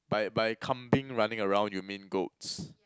by by kambing running around you mean goats